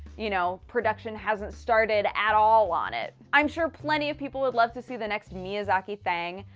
you know, production hasn't started at all on it. i'm sure plenty of people would love to see the next miyazaki thing.